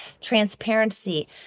transparency